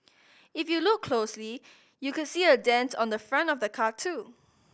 if you look closely you could see a dent on the front of the car too